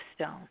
stone